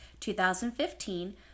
2015